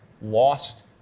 lost